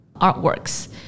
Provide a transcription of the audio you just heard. artworks